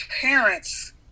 parents